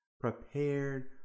prepared